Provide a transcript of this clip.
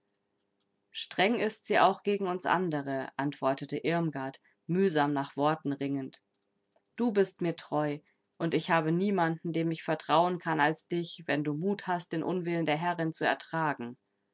streng ist sie auch gegen uns andere antwortete irmgard mühsam nach worten ringend du bist mir treu und ich habe niemanden dem ich vertrauen kann als dich wenn du mut hast den unwillen der herrin zu ertragen